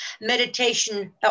meditation